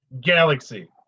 Galaxy